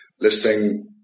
listing